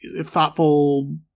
thoughtful